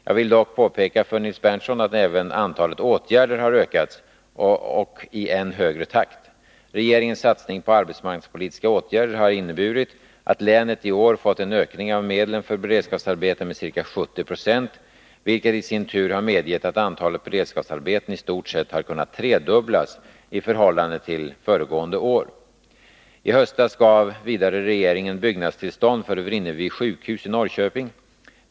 Jag vill dock påpeka för Nils Berndtson att även antalet åtgärder har ökats och i än högre takt. Regeringens satsning på arbetsmarknadspolitiska åtgärder har inneburit att länet i år fått en ökning av medlen för beredskapsarbeten med ca 70 96, vilket i sin tur har medfört att antalet beredskapsarbeten i stort sett har kunnat tredubblas i förhållande till föregående år. I höstas gav regeringen vidare byggnadstillstånd för Vrinnevi sjukhus i Norrköping.